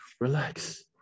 relax